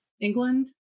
England